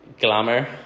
glamour